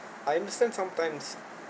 I understand sometimes